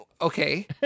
Okay